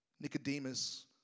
Nicodemus